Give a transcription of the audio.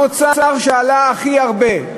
המוצרים שמחיריהם עלו הכי הרבה,